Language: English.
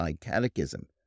catechism